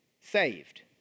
saved